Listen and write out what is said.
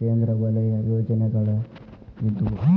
ಕೇಂದ್ರ ವಲಯ ಯೋಜನೆಗಳ ಇದ್ವು